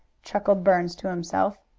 chuckled burns to himself.